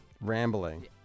Rambling